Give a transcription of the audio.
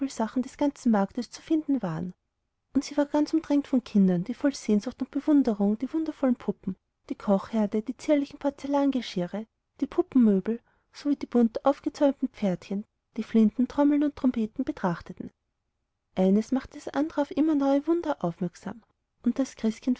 des ganzen marktes zu finden waren und sie war ganz umdrängt von kindern die voll sehnsucht und bewunderung die wundervollen puppen die kochherde die zierlichen porzellangeschirre die puppenmöbel sowie die bunt aufgezäumten pferdchen die flinten trommeln und trompeten betrachteten eines machte das andere auf immer neue wunder aufmerksam und christkind